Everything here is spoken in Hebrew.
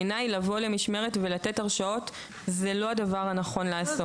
בעיניי לבוא למשמרת ולתת הרשאות זה לא הדבר הנכון לעשות.